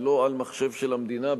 ולא על מחשב של המדינה,